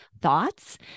thoughts